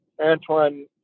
antoine